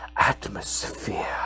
atmosphere